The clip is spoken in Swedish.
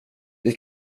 det